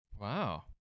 Wow